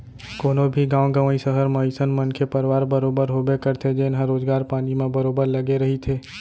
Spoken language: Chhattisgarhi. कोनो भी गाँव गंवई, सहर म अइसन मनखे परवार बरोबर होबे करथे जेनहा रोजगार पानी म बरोबर लगे रहिथे